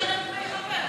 אתה לא משלם דמי חבר.